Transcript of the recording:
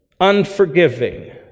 unforgiving